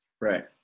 Right